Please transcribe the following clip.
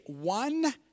one